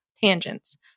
tangents